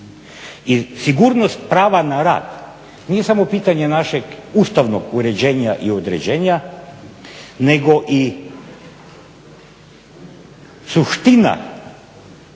I sigurnost prava na rad nije samo pitanje našeg ustavnog uređenja i određenja nego i suština